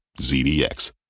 ZDX